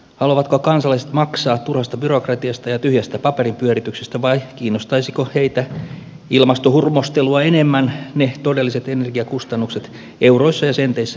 haluavatko kansalaiset maksaa turhasta byrokratiasta ja tyhjästä paperinpyörityksestä vai kiinnostaisivatko heitä ilmastohurmostelua enemmän ne todelliset energiakustannukset euroissa ja senteissä mitattuina